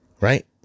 Right